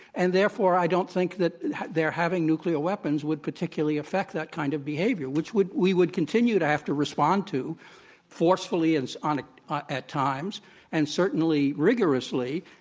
and therefore, i don't think that their having nuclear weapons would particularly affect that kind of behavior, which would we would continue to have to respond to forcefully and so at times and certainly rigorously.